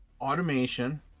automation